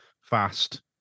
fast